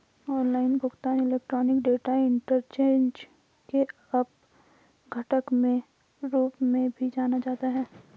online भुगतान electronic data interchange के उप घटक के रूप में भी जाना जाता है